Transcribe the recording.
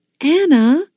Anna